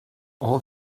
all